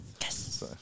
Yes